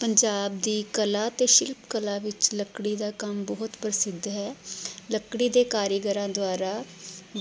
ਪੰਜਾਬ ਦੀ ਕਲਾ ਅਤੇ ਸ਼ਿਲਪਕਲਾ ਵਿੱਚ ਲੱਕੜੀ ਦਾ ਕੰਮ ਬਹੁਤ ਪ੍ਰਸਿੱਧ ਹੈ ਲੱਕੜੀ ਦੇ ਕਾਰੀਗਰਾਂ ਦੁਆਰਾ